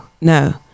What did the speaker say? no